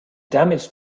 damage